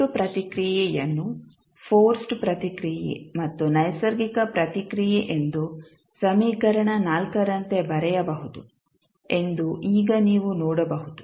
ಒಟ್ಟು ಪ್ರತಿಕ್ರಿಯೆಯನ್ನು ಫೋರ್ಸ್ಡ್ ಪ್ರತಿಕ್ರಿಯೆ ಮತ್ತು ನೈಸರ್ಗಿಕ ಪ್ರತಿಕ್ರಿಯೆ ಎಂದು ಸಮೀಕರಣ ರಂತೆ ಬರೆಯಬಹುದು ಎಂದು ಈಗ ನೀವು ನೋಡಬಹುದು